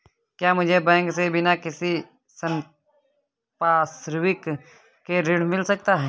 क्या मुझे बैंक से बिना किसी संपार्श्विक के ऋण मिल सकता है?